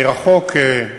אני רחוק,